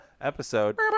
episode